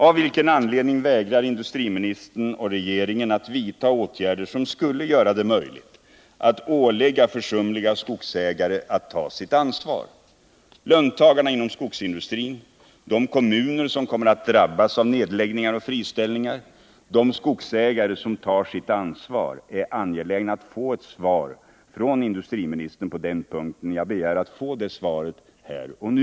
Av vilken anledning vägrar industriministern och regeringen att vidta åtgärder som skulle göra det möjligt att ålägga försumliga skogsägare att ta sitt ansvar? Löntagarna inom skogsindustrin, de kommuner som kommer att drabbas av nedläggningar och friställningar och de skogsägare som tar sitt ansvar är angelägna att få ett svar från industriministern på den punkten. Jag begär att få det svaret här och nu.